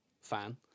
fan